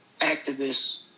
activists